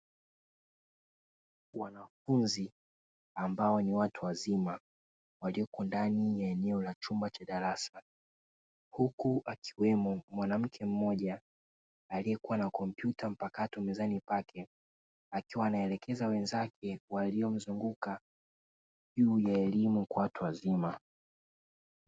Wanafunzi ambao ni watu wazima walioko ndani ya eneo la chumba cha darasa, huku akiwemo mwanamke mmoja aliyekuwa na compyuta mpakato mezani pake, akiwa anawaelekeza wenzake waliomzunguka juu ya elimu kwa watu wazima.